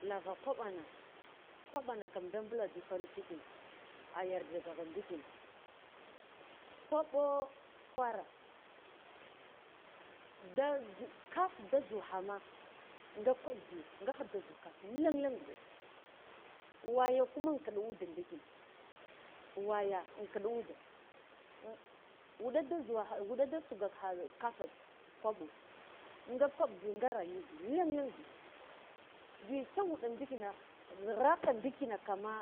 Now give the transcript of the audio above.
Lava kwaɓana kwaɓana nda ɓulandu tsino ki ayardaga ka ndikina koɓo khwara ndi zu kat ade zu khama nga kwab biyo nge kha di zukaf lengleng biya waya kuma inkiɗ ude ndi kina waye in kiɗ ude ah wuɗe da zuwalcha wuɗe da sukwalcha kafe kwaɓo nga kwab biyo nga rayuwa biyo lengleng bi jzitsa wuɗe ndikina gliraka ndikinama